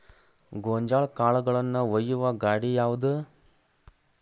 ಗೋಂಜಾಳ ಕಾಳುಗಳನ್ನು ಒಯ್ಯುವ ಗಾಡಿ ಯಾವದು?